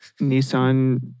Nissan